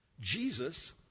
Jesus